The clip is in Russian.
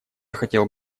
хотел